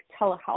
telehealth